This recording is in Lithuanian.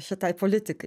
šitai politikai